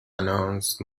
announced